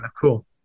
cool